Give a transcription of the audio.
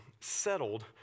settled